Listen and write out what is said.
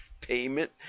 payment